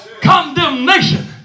Condemnation